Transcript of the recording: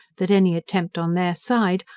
that any attempt on their side,